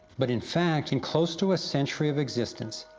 but in fact, in close to a century of existence,